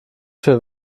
für